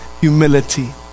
humility